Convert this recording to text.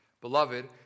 Beloved